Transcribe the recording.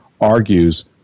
argues